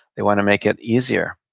they want to make it easier,